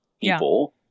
people